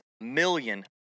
million